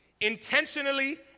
intentionally